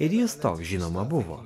ir jis toks žinoma buvo